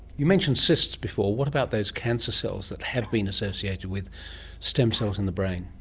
you mentioned cysts before, what about those cancer cells that have been associated with stem cells in the brain?